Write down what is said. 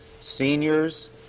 seniors